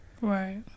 right